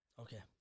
Okay